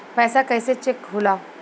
पैसा कइसे चेक होला?